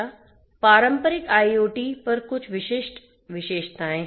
पारंपरिक IoT पर कुछ विशिष्ट विशेषताएं हैं